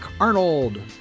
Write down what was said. Arnold